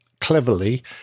cleverly